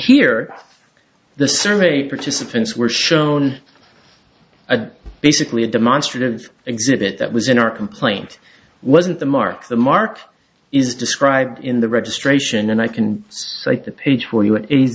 here the survey participants were shown a basically a demonstrative exhibit that was in our complaint wasn't the mark the mark is described in the registration and i can cite the page for